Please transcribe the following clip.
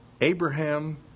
Abraham